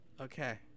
Okay